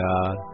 God